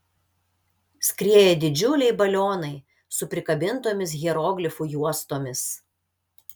skrieja didžiuliai balionai su prikabintomis hieroglifų juostomis